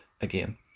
again